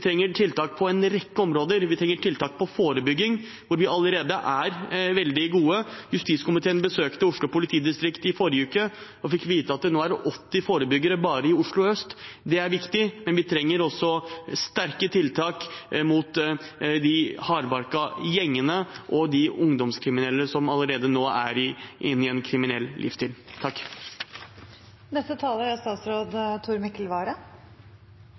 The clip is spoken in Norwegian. trenger tiltak på en rekke områder. Vi trenger tiltak innen forebygging, hvor vi allerede er veldig gode. Justiskomiteen besøkte Oslo politidistrikt i forrige uke og fikk vite at det nå er 80 forebyggere bare i Oslo øst. Det er viktig, men vi trenger også sterke tiltak mot de hardbarkede gjengene og de ungdomskriminelle som allerede nå er inne i en kriminell